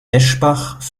eschbach